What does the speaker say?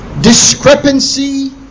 discrepancy